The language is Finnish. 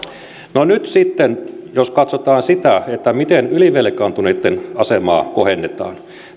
käteen nyt jos katsotaan sitä miten ylivelkaantuneitten asemaa kohennetaan